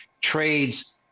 trades